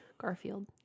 Garfield